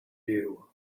you